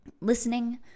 Listening